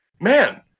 man